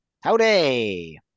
Howdy